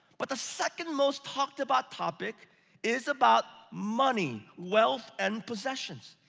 but the second most talked about topic is about money, wealth and possessions.